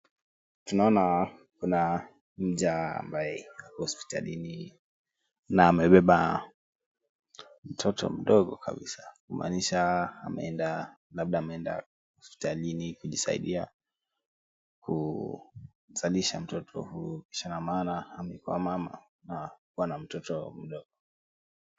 Tunaona kuna mja ambaye hospitalini na amebeba mtoto mdogo kabisa kumaanisha ameenda labda ameenda hospitalini kujisaidia kuzalisha mtoto huyu kisha maana amekuwa mama na ako na mtoto mdogo.